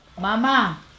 Mama